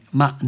ma